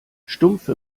stumpfe